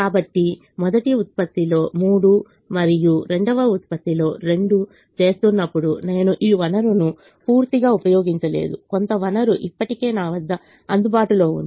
కాబట్టి మొదటి ఉత్పత్తిలో 3 మరియు రెండవ ఉత్పత్తిలో 2 చేస్తున్నప్పుడు నేను ఈ వనరును పూర్తిగా ఉపయోగించలేదు కొంత వనరు ఇప్పటికే నా వద్ద అందుబాటులో ఉంది